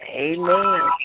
Amen